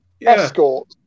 Escort